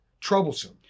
troublesome